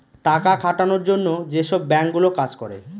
টাকা খাটানোর জন্য যেসব বাঙ্ক গুলো কাজ করে